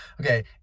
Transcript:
Okay